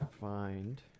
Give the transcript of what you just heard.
find